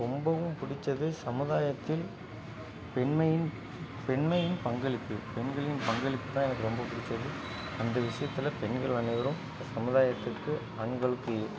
ரொம்பவும் பிடிச்சது சமுதாயத்தில் பெண்மையின் பெண்மையின் பங்களிப்பு பெண்களின் பங்களிப்பு தான் எனக்கு ரொம்ப பிடிச்சது அந்த விசயத்தில் பெண்கள் அனைவரும் சமுதாயத்திற்கு ஆண்களுக்கு